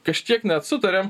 kažkiek net sutarėm